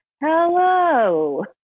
Hello